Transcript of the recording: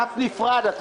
בדף נפרד.